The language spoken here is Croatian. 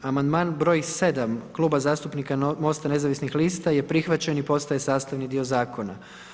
Amandman broj 7 Kluba zastupnika Mosta nezavisnih lista je prihvaćen i postaje sastavni dio zakona.